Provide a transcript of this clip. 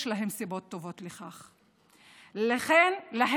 יש להם סיבות טובות לכך, והם